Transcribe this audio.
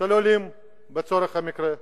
משפחה של עולים לצורך המקרה,